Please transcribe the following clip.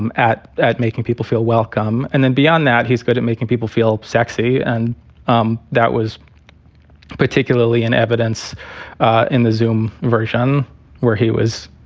um at at making people feel welcome. and then beyond that, he's good at making people feel sexy. and um that was particularly in evidence in the xoom version where he was,